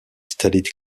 studied